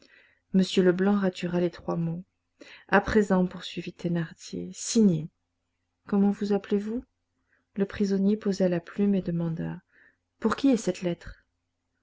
m leblanc ratura les trois mots à présent poursuivit thénardier signez comment vous appelez-vous le prisonnier posa la plume et demanda pour qui est cette lettre